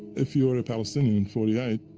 if you were a palestinian in forty eight,